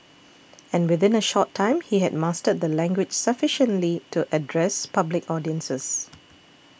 and within a short time he had mastered the language sufficiently to address public audiences